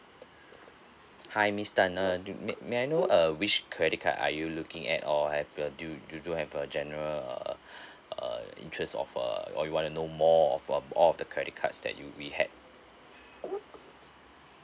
hi miss tan uh do may may I know uh which credit card are you looking at or I've uh do you you do have a general uh uh interest of err or you wanna know more of uh all of the credit cards that you we had